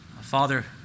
Father